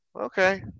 Okay